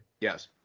Yes